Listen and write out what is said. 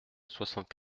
soixante